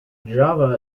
java